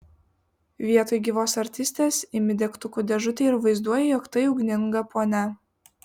vietoj gyvos artistės imi degtukų dėžutę ir vaizduoji jog tai ugninga ponia